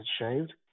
shaved